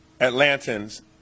Atlantans